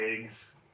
eggs